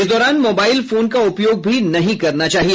इस दौरान mobile phone का उपयोग भी नहीं करना चाहिए